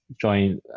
join